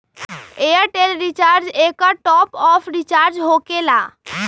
Airtel recharge एकर top off recharge होकेला?